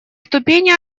ступени